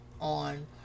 on